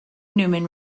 newman